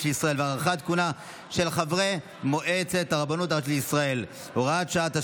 לישראל והארכת כהונה של חברי מועצת הרבנות הראשית לישראל) (הוראת שעה),